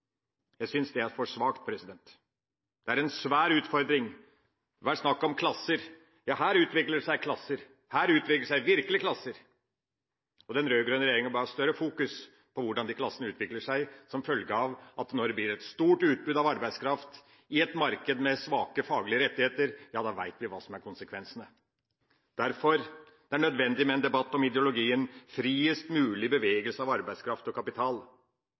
Jeg synes det er for svakt. Det er en svær utfordring, og det har vært snakk om klasser. Her utvikler det seg klasser – her utvikler det seg virkelig klasser! Den rød-grønne regjeringa bør ha større fokus på hvordan disse klassene utvikler seg. Når det blir et stort utbytte av arbeidskraft i et marked med svake faglige rettigheter, veit vi hva som blir konsekvensene. Derfor er det nødvendig med en debatt om ideologien: friest mulig bevegelse av arbeidskraft og kapital.